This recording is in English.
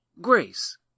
Grace